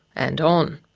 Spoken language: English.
and on,